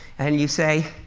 and you say,